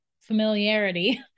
familiarity